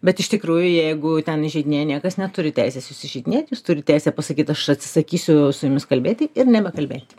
bet iš tikrųjų jeigu ten įžeidinėja niekas neturi teisės jus įžeidinėt jūs turit teisę pasakyt aš atsisakysiu su jumis kalbėti ir nebekalbėti